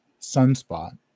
Sunspot